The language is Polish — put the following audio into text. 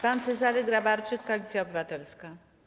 Pan poseł Cezary Grabarczyk, Koalicja Obywatelska.